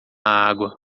água